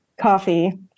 Coffee